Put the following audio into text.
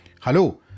Hello